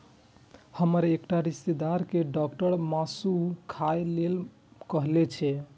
हमर एकटा रिश्तेदार कें डॉक्टर मासु खाय लेल कहने छै